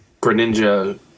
Greninja